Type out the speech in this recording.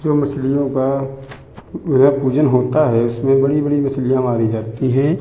जो मछलियों का पूजन होता है उसमें बड़ी बड़ी मछलियाँ मारी जाती हैं